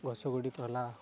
ଗଛ ଗୁଡ଼ିକ ହେଲା